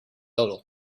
middle